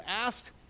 asked